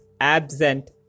absent